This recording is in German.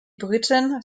briten